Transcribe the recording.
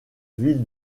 ville